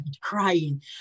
crying